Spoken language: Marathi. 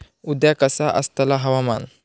उद्या कसा आसतला हवामान?